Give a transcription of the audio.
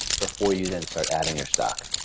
before you then start adding your stock.